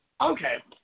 Okay